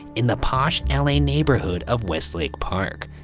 in the posh l a. neighborhood of westlake park,